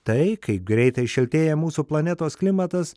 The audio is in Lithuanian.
tai kaip greitai šiltėja mūsų planetos klimatas